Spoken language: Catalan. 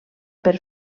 per